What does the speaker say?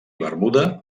bermuda